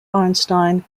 einstein